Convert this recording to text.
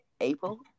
April